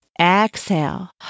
Exhale